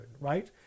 right